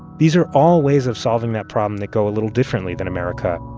these are all ways of solving that problem that go a little differently than america